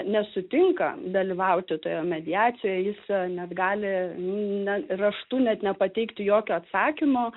nesutinka dalyvauti toje mediacijoj jis net gali net raštų net nepateikti jokio atsakymo